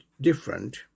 different